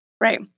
Right